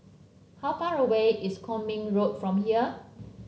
how far away is Kwong Min Road from here